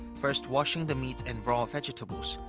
first washing the meat and raw vegetables,